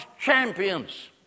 champions